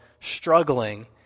struggling